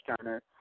Turner